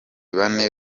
bane